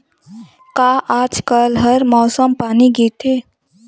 का आज कल हर मौसम पानी गिरथे?